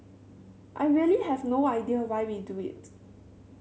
I really have no idea why we do it